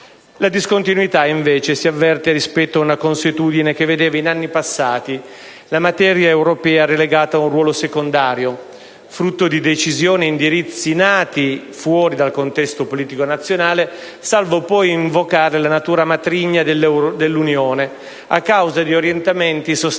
La discontinuità, invece, si avverte rispetto ad una consuetudine che vedeva in anni passati la materia europea relegata ad un ruolo secondario, frutto di decisioni e indirizzi nati fuori dal contesto politico nazionale, salvo poi invocare la natura «matrigna» dell'Unione, a causa di orientamenti sostanzialmente